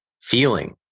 feeling